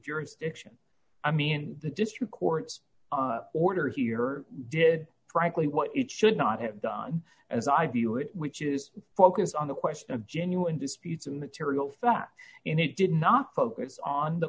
jurisdiction i mean the district court's order here did frankly what it should not have done as i view it which is focus on the question of genuine disputes and material facts in it did not focus on the